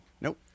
nope